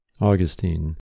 Augustine